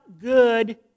good